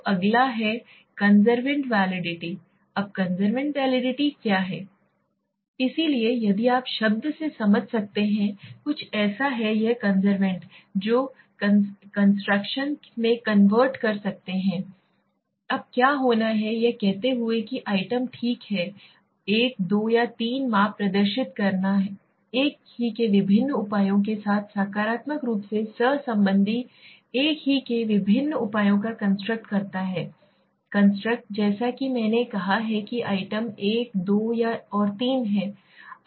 तो अगला है कन्वर्जेंट वैलिडिटी अब कन्वर्जेंट वैलिडिटी क्या है इसलिए यदि आप शब्द से समझ सकते हैंकुछ ऐसा है यह कन्वर्जेंटतो कंस्ट्रक्शन में कंवर्ट कर रहे हैं अब क्या होना है यह कहते हुए कि आइटम ठीक है 1 2 और 3 माप प्रदर्शित करना एक ही के विभिन्न उपायों के साथ सकारात्मक रूप से सहसंबंधी एक ही के विभिन्न उपायों का कंस्ट्रक्ट करता है कंस्ट्रक्ट जैसा कि मैंने कहा है कि आइटम 1 2 और 3 हैं